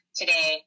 today